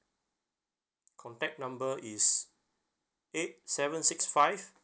contact number is eight seven six five